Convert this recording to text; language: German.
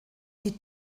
die